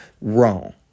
wrong